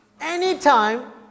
Anytime